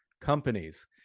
companies